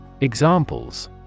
Examples